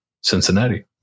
Cincinnati